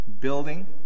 Building